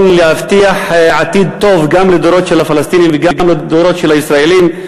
להבטיח עתיד טוב גם לדורות של הפלסטינים וגם לדורות של הישראלים.